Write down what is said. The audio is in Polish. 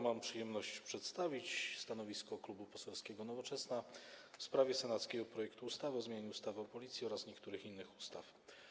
Mam przyjemność przedstawić stanowisko Klubu Poselskiego Nowoczesna w sprawie senackiego projektu ustawy o zmianie ustawy o Policji oraz niektórych innych ustaw.